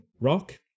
rock